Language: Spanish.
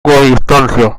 distancia